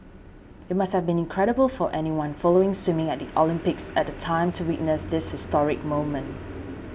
it must have been incredible for anyone following swimming at the Olympics at the time to witness this historic moment